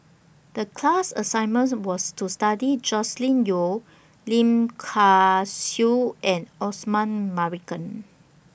The class assignment was to study Joscelin Yeo Lim Kay Siu and Osman Merican